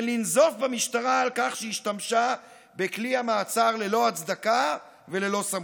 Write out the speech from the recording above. ולנזוף במשטרה על כך שהשתמשה בכלי המעצר ללא הצדקה וללא סמכות.